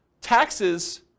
taxes